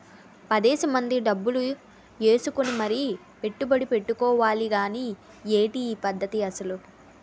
పదేసి మంది డబ్బులు ఏసుకుని మరీ పెట్టుబడి ఎట్టుకోవాలి గానీ ఏటి ఈ పద్దతి అసలు?